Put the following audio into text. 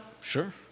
Sure